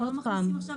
אנחנו לא מכניסים עכשיו,